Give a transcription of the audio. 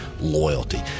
loyalty